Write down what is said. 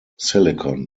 silicon